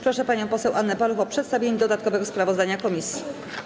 Proszę panią poseł Annę Paluch o przedstawienie dodatkowego sprawozdania komisji.